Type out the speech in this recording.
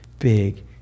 big